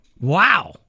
Wow